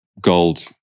gold